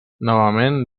novament